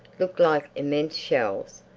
looked like immense shells.